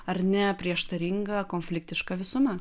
ar ne prieštaringa konfliktiška visuma